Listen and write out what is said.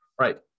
right